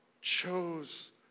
chose